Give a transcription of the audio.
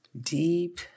deep